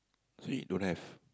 so you don't have